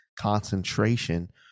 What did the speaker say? concentration